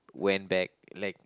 went back like